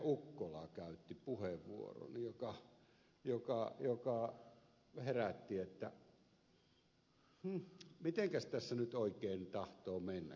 ukkola käytti puheenvuoron joka herätti että mitenkäs tässä nyt oikein tahtoo mennäkään